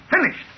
Finished